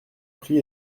prix